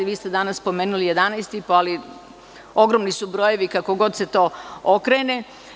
Vi ste danas spomenuli 11 i po, ali ogromni su brojevi kako god se to okrene.